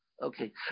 Okay